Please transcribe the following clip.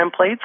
templates